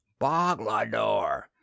Boglador